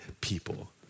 people